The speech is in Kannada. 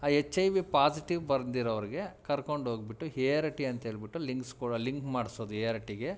ಆ ಎಚ್ ಐ ವಿ ಪಾಸಿಟಿವ್ ಬಂದಿರೋರ್ಗೆ ಕರ್ಕೊಂಡು ಹೋಗ್ಬಿಟ್ಟು ಹೆ ಆರ್ ಟಿ ಅಂತ್ಹೇಳ್ಬಿಟ್ಟು ಲಿಂಕ್ಸ್ ಕೊ ಲಿಂಕ್ ಮಾಡಿಸೋದು ಎ ಆರ್ ಟಿಗೆ